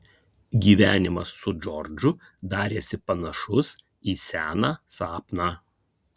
gyvenimas su džordžu darėsi panašus į seną sapną